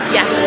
Yes